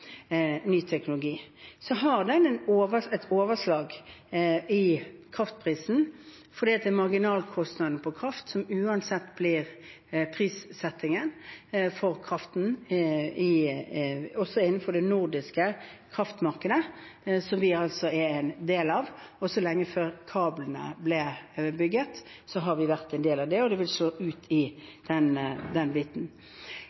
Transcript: ny teknologi. Så har den et overslag i kraftprisen, for det er marginalprisen på kraft som uansett blir prissettingen for kraften også innenfor det nordiske kraftmarkedet, som vi er en del av. Også lenge før kablene ble bygget, var vi en del av det, og det vil slå ut